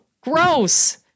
gross